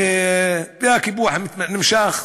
והקיפוח הנמשך.